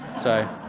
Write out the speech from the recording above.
so,